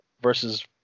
versus